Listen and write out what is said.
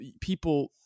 people